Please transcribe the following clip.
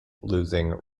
losing